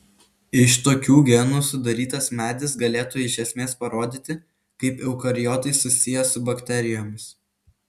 iš tokių genų sudarytas medis galėtų iš esmės parodyti kaip eukariotai susiję su bakterijomis